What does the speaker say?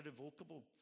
irrevocable